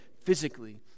physically